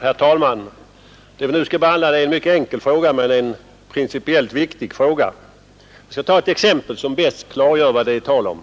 Herr talman! Det vi nu skall behandla är en mycket enkel men principiellt viktig fråga. Jag skall ta ett exempel som bäst klargör vad det är tal om.